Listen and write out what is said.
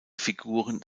figuren